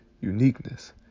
uniqueness